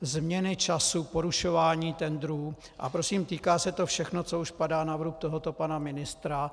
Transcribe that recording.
Změny času, porušování tendrů, a prosím, týká se to všechno, co už padá na vrub tohoto pana ministra.